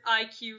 iq